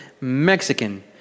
Mexican